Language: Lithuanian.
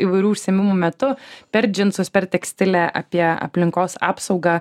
įvairių užsiėmimų metu per džinsus per tekstilę apie aplinkos apsaugą